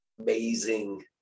amazing